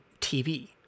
TV